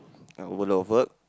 uh overload of work